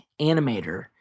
animator